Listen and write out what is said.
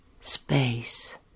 space